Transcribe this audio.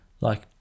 Like-